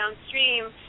Downstream